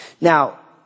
Now